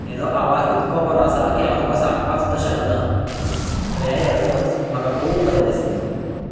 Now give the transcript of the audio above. हाजो आवाज इतको बरो आसा की हांव तुका सांगपाक सुद्दां शकना तर हे यरफोन्स म्हाका खूब बरें दिसलें